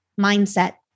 Mindset